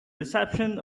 reception